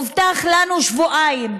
הובטחו לנו שבועיים,